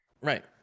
Right